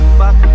back